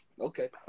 okay